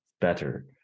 better